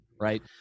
right